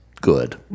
good